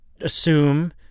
assume